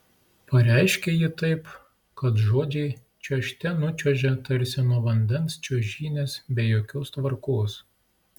pareiškia ji taip kad žodžiai čiuožte nučiuožia tarsi nuo vandens čiuožynės be jokios tvarkos